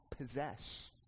possess